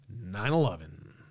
9-11